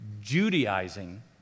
Judaizing